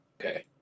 Okay